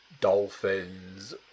dolphins